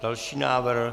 Další návrh.